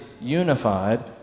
unified